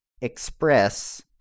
express